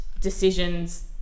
decisions